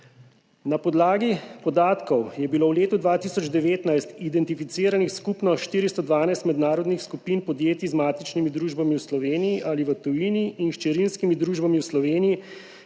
Na podlagi podatkov je bilo v letu 2019 identificiranih skupno 412 mednarodnih skupin podjetij z matičnimi družbami v Sloveniji ali v tujini in hčerinskimi družbami v Sloveniji,